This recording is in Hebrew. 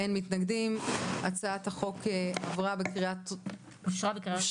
אין הצעת החוק הממוזגת אושרה.